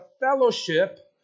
fellowship